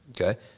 Okay